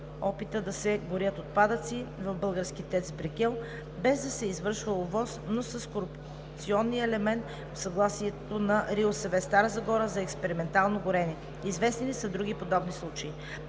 опита да се горят отпадъци в български ТЕЦ „Брикел“, без да се извършва ОВОС, но с корупционния елемент в съгласието на РИОСВ – Стара Загора, за експериментално горене? Известни ли са други подобни случаи?